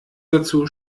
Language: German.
dazu